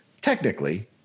technically